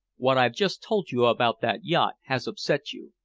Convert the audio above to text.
what i've just told you about that yacht has upset you.